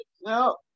No